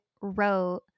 wrote